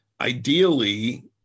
Ideally